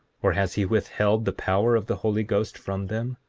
or has he withheld the power of the holy ghost from them?